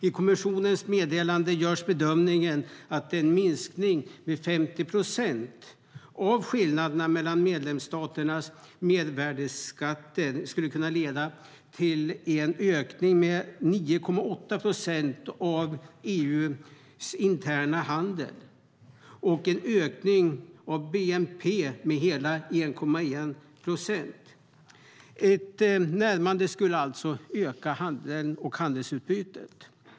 I kommissionens meddelande gjordes bedömningen att en minskning med 50 procent av skillnaderna mellan medlemsstaternas mervärdesskattesatser skulle kunna leda till en ökning med 9,8 procent av EU:s interna handel och en ökning av bnp med hela 1,1 procent. Ett närmande skulle alltså öka handelsutbytet.